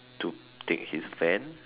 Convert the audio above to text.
to take his van